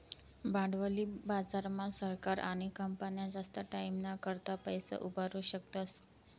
भांडवली बाजार मा सरकार आणि कंपन्या जास्त टाईमना करता पैसा उभारु शकतस